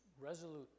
resolute